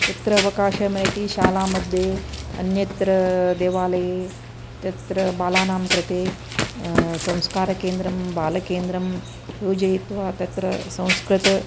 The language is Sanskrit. यत्र अवकाशमेति शाला मध्ये अन्यत्र देवालये तत्र बालानां कृते संस्कारकेन्द्रं बालकेन्द्रं योजयित्वा तत्र संस्कृत